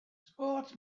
sports